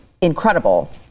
incredible